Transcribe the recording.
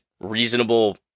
reasonable